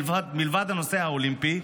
מלבד הנושא האולימפי,